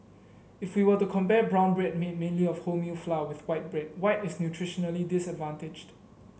if we were to compare brown bread made mainly of wholemeal flour with white bread white is nutritionally disadvantaged